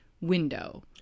window